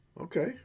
Okay